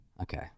okay